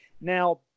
Now